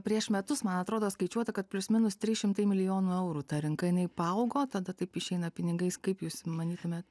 prieš metus man atrodo skaičiuota kad plius minus trys šimtai milijonų eurų ta rinka jinai paaugo tada taip išeina pinigais kaip jūs manytumėt